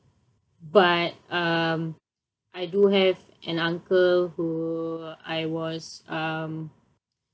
but um I do have an uncle who I was um